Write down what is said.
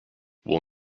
will